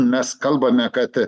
mes kalbame kad